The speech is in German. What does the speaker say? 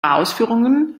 ausführungen